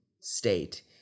state